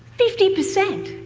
fifty percent!